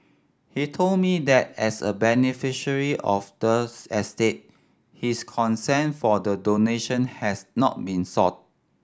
he told me that as a beneficiary of the estate his consent for the donation had not been sought